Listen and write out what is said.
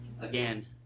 again